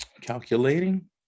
Calculating